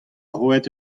roet